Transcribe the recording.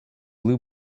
blue